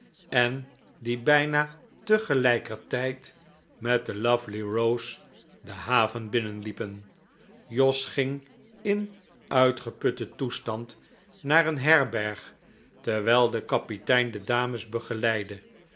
en die bijna tegelijkertijd met de lovely rose de haven binnenliepen jos ging in uitgeputten toestand naar een herberg terwijl de kapitein de dames begeleidde